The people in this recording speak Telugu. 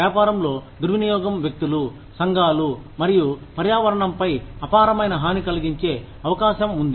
వ్యాపారంలో దుర్వినియోగం వ్యక్తులు సంఘాలు మరియు పర్యావరణం పై అపారమైన హాని కలిగించే అవకాశం ఉంది